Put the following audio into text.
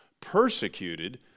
persecuted